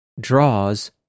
draws